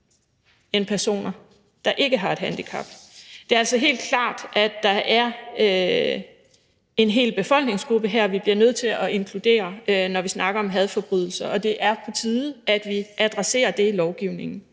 end personer, der ikke har et handicap. Det er altså helt klart, at der er en hel befolkningsgruppe her, som vi bliver nødt til at inkludere, når vi snakker om hadforbrydelser, og det er på tide, at vi adresserer det i lovgivningen.